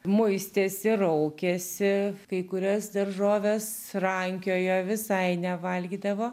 muistėsi raukėsi kai kurias daržoves rankiojo visai nevalgydavo